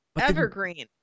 evergreen